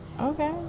Okay